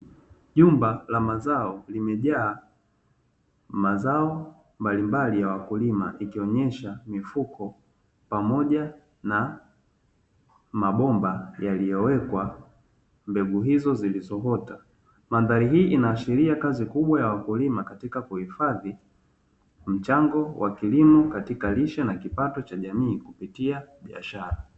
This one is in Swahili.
Jumba la mazao limejaa mazao mbalimbali ya wakulima, ikionyesha mifuko pamoja na mabomba yaliyowekwa mbegu hizo zilizoota. Mandhari hii inashiria kazi kubwa ya wakulima katika kuhifadhi mchango wa kilimo katika lishe na kipato cha jamii kupitia biashara.